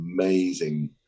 amazing